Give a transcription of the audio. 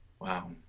wow